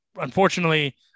Unfortunately